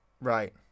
Right